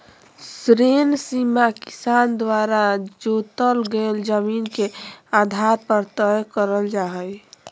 ऋण सीमा किसान द्वारा जोतल गेल जमीन के आधार पर तय करल जा हई